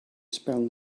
spell